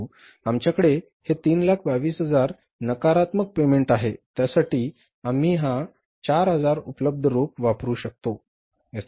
परंतु आमच्याकडे हे 322000 नकारात्मक पेमेंट आहे त्यासाठी आम्ही हा 4000 उपलब्ध रोख वापरू शकतो